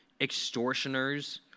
extortioners